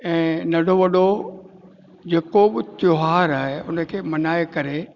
ऐं ॾाढो वॾो जेको बि त्योहार आहे उन खे मनाए करे